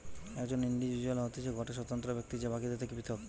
একজন ইন্ডিভিজুয়াল হতিছে গটে স্বতন্ত্র ব্যক্তি যে বাকিদের থেকে পৃথক